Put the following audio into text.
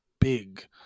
big